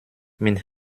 mit